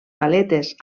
paletes